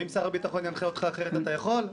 ואם שר הביטחון ינחה אותך אחרת אתה יכול?